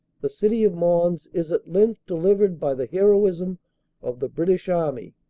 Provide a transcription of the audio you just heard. the city of mons is at length delivered by the heroism of the british army,